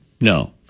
no